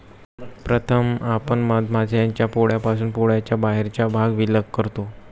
प्रथम आपण मधमाश्यांच्या पोळ्यापासून पोळ्याचा बाहेरचा भाग विलग करा